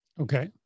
Okay